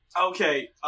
okay